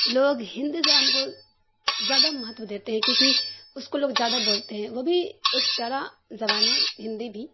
لوگ ہندی زبان کو زیادہ مہتو دیتے ہیں کیونکہ اس کو لوگ زیادہ بولتے ہیں وہ بھی ایک پیارا زبان ہے ہندی بھی